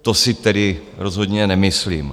To si tedy rozhodně nemyslím.